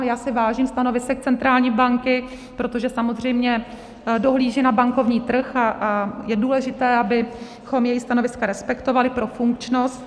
Já si vážím stanovisek centrální banky, protože samozřejmě dohlíží na bankovní trh a je důležité, abychom její stanoviska respektovali pro funkčnost.